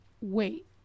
wait